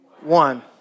one